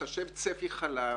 לחשב צפי חלב,